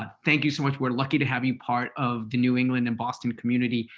thank you so much. we're lucky to have you part of the new england and boston community,